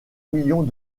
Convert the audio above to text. millions